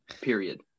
period